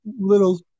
little